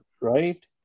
Right